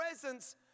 presence